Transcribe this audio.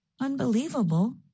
Unbelievable